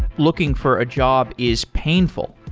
looking for a job is painful,